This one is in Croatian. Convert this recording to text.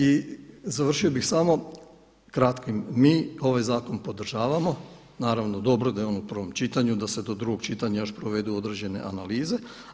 I završio bih samo kratkim, mi ovaj zakon podržavamo, naravno dobro da je on u prvom čitanju, da se do drugog čitanja još provedu određene analize.